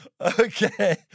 Okay